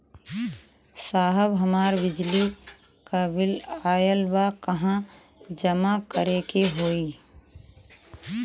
साहब हमार बिजली क बिल ऑयल बा कहाँ जमा करेके होइ?